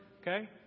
Okay